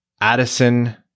Addison